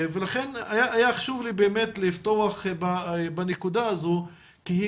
ולכן היה חשוב לי לפתוח בנקודה הזאת כי היא